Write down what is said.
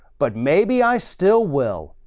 but maybe i still will.